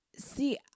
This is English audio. See